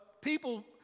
people